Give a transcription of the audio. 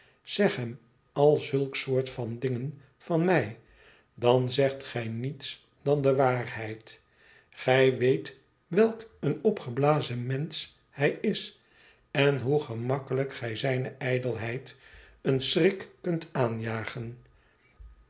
zeg hem al zulk soort van dingen van mij dan zegt gij niets dan de waarheid gij weet welk een opgeblazen mensch hij is en hoe gemakkelijk gij zijne ijdelheid een schrik kunt aanjagen